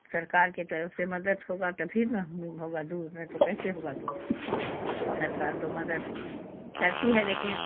سرکار کے طرف سے مدد ہوگا تبھی نا ہوگا دور نہ تو کیسے ہوگا دور سرکار تو مدد کرتی ہے لیکن